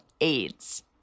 AIDS